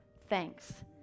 Thanks